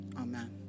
Amen